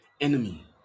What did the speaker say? enemy